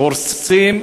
שהורסים,